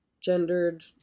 gendered